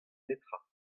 netra